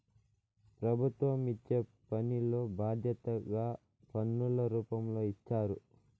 ప్రభుత్వం ఇచ్చే పనిలో బాధ్యతగా పన్నుల రూపంలో ఇచ్చారు